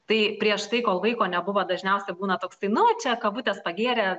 tai prieš tai kol vaiko nebuvo dažniausiai būna toksai nu čia kavutės pagėrė